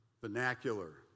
vernacular